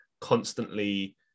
constantly